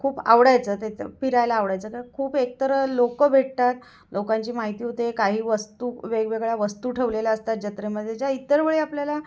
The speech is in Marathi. खूप आवडायचं त्यात फिरायला आवडायचं तर खूप एकतर लोक भेटतात लोकांची माहिती होते काही वस्तू वेगवेगळ्या वस्तू ठेवलेल्या असतात जत्रेमध्ये ज्या इतर वेळी आपल्याला